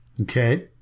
okay